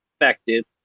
effective